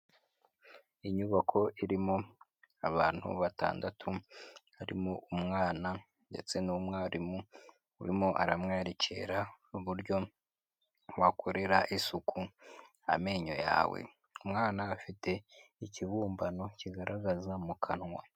Inyubako irimo, abantu batandatu, arimo umwana ndetse n'umwarimu urimo aramwerekera uburyo, wakorera isuku amenyo yawe, umwana afite ikibumbano kigaragaza mu kanwa.